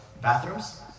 Bathrooms